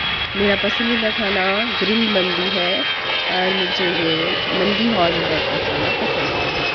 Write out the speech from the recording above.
میرا پسندیدہ کھانا گرل مندی ہے اور مجھے یہ مندی ہاؤز میں بیٹھ کر کھانا پسند ہے